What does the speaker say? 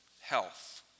health